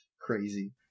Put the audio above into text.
crazy